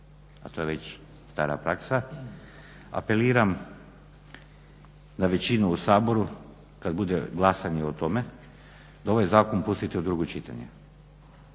a to je već stara praksa, apeliram na većinu u Saboru kad bude glasanje o tome da ovaj zakon pustite u drugo čitanje.